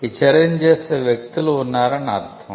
ఈ చర్యను చేసే వ్యక్తులు ఉన్నారని అర్థం